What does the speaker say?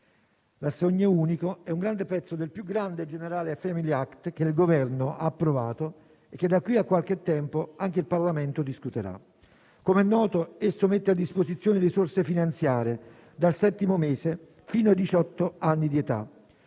L'assegno unico è un grande pezzo del più grande e generale *family act* che il Governo ha approvato e che da qui a qualche tempo anche il Parlamento discuterà. Com'è noto, esso mette a disposizione risorse finanziarie dal settimo mese fino ai diciotto anni di età;